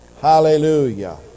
Hallelujah